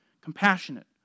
Compassionate